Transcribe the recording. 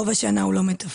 רוב השנה הוא לא מתפקד.